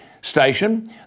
Station